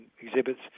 exhibits